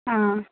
ആ